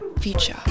Future